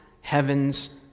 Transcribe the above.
heaven's